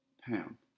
Pam